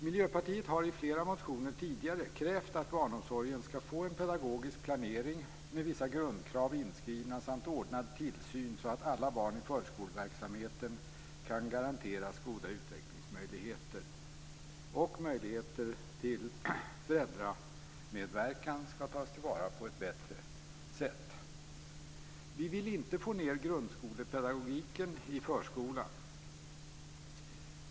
Miljöpartiet har i flera motioner tidigare krävt att barnomsorgen skall få en pedagogisk planering med vissa grundkrav inskrivna samt ordnad tillsyn, så att alla barn i förskoleverksamheten kan garanteras goda utvecklingsmöjligheter. Möjligheter till föräldramedverkan skall tas till vara på ett bättre sätt. Vi vill inte föra ned grundskolepedagogiken i förskolan.